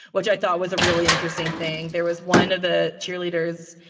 which i thought was a really interesting thing. there was one of the cheerleaders.